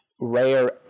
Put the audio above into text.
rare